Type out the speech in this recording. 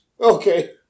Okay